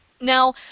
Now